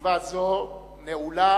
ישיבה זו נעולה.